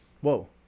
whoa